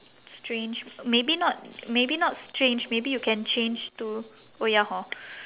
strange maybe not maybe not strange maybe you can change to oh ya hor